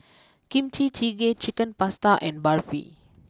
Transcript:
Kimchi Jjigae Chicken Pasta and Barfi